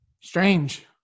strange